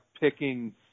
picking